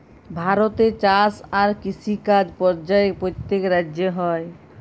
ভারতে চাষ আর কিষিকাজ পর্যায়ে প্যত্তেক রাজ্যে হ্যয়